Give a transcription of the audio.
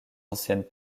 anciennes